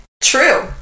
True